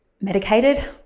medicated